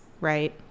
right